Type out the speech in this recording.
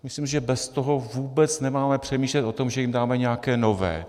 Myslím, že bez toho vůbec nemáme přemýšlet o tom, že jim dáme nějaké nové.